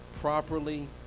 properly